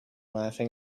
laughing